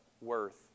worth